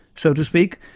so to speak,